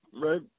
Right